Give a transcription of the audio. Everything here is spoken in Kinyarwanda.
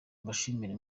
mbashimire